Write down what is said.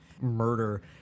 murder